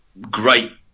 great